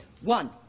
One